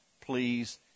please